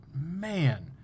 Man